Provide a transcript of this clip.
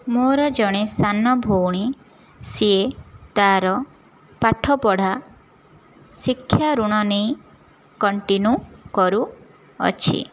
ମୋର ଜଣେ ସାନ ଭଉଣୀ ସିଏ ତା'ର ପାଠ ପଢ଼ା ଶିକ୍ଷା ଋଣ ନେଇ କଣ୍ଟିନ୍ୟୁ କରୁଅଛି